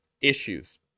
issues